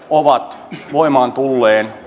ovat voimaan tulleen